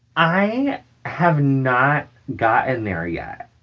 i have not gotten there yet.